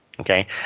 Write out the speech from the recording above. okay